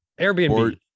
Airbnb